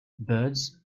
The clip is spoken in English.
birds